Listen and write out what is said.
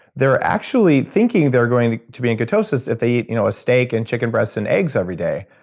they're actually thinking they're going to be in ketosis if they eat you know a steak and chicken breasts and eggs every day.